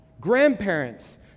Grandparents